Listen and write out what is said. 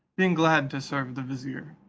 being glad to serve the vizier.